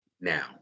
now